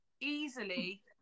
easily